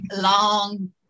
long